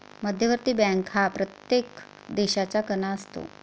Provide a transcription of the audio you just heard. मध्यवर्ती बँक हा प्रत्येक देशाचा कणा असतो